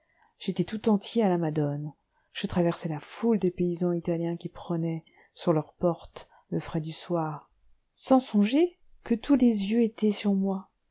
j'étais tout entier à la madone je traversai la foule des paysans italiens qui prenaient sur leurs portes le frais du soir sans songer que tous les yeux étaient sur moi